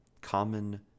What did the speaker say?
common